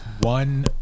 one